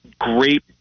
great